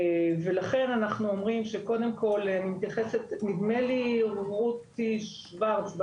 לכן אנחנו אומרים שקודם כל, נדמה לי רותי שורץ,